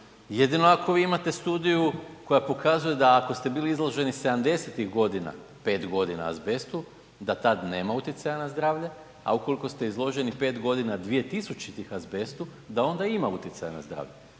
jedino ako vi imate studiju koja pokazuje da ako ste bili izloženi '70.-tih godina 5.g. azbestu da tad nema utjecaja na zdravlje, a ukoliko ste izloženi 5.g. 2000.-tih azbestu da onda ima utjecaja na zdravlje,